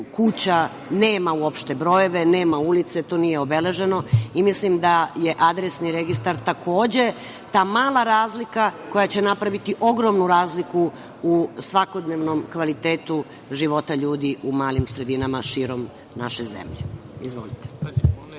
kuća nema uopšte brojeve, nema ulice, to nije obeleženo. Mislim da je adresni registar takođe, ta mala razlika koja će napraviti ogromnu razliku u svakodnevnom kvalitetu života ljudi u malim sredinama širom naše zemlje. **Ivica